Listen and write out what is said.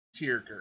Tierker